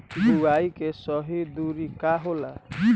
बुआई के सही दूरी का होला?